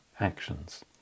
actions